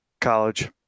college